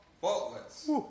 faultless